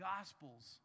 Gospels